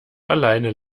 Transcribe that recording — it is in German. alleine